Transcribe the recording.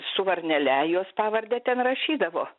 su varnele jos pavardę ten rašydavo